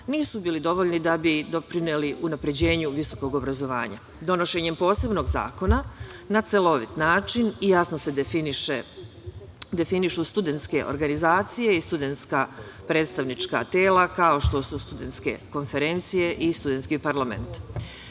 nisu bili dovoljni da bi doprineli unapređenju visokog obrazovanja. Donošenjem posebnog zakona na celovit način i jasno se definišu studentske organizacije i studentska predstavnička tela, kao što su studentske konferencije i studentski parlament. Studenti